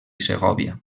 segòvia